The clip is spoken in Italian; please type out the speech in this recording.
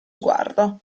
sguardo